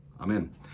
Amen